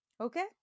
Okay